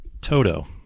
Toto